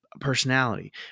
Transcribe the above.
personality